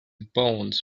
bones